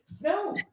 No